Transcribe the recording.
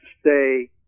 stay